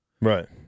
Right